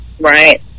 right